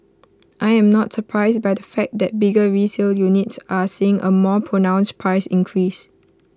I am not surprised by the fact that bigger resale units are seeing A more pronounced price increase